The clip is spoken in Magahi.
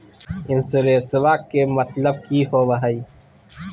इंसोरेंसेबा के मतलब की होवे है?